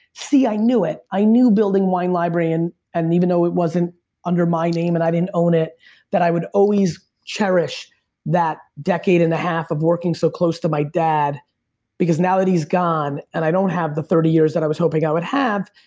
see, i knew it. i knew building wine library and and even though it wasn't under my name and i didn't own it that i would always cherish that decade in a half of working so close to my dad because now that he's gone, and i don't have the thirty years that i was hoping i would have,